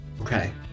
Okay